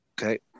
Okay